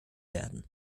werden